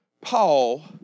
Paul